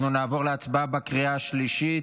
אנחנו נעבור להצבעה בקריאה השלישית.